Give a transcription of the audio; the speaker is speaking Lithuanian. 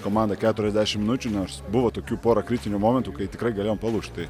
komanda keturiasdešim minučių nors buvo tokių pora kritinių momentų kai tikrai galėjom palūžt tai